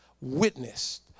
witnessed